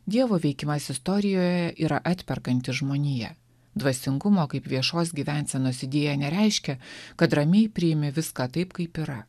dievo veikimas istorijoje yra atperkantis žmoniją dvasingumo kaip viešos gyvensenos idėja nereiškia kad ramiai priimi viską taip kaip yra